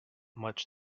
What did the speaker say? much